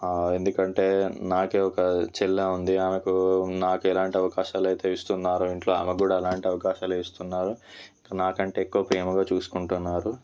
ఎందుకంటే నాకు ఒక చెల్లి ఉంది ఆమెకు నాకు ఎలాంటి అవకాశాలు అయితే ఇస్తున్నారు ఇంట్లో ఆమెకు కూడా అలాంటి అవకాశాలు ఇస్తున్నారు నాకంటే ఎక్కువ ప్రేమగా చూసుకుంటున్నారు